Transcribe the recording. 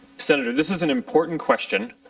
senator, this is an important question.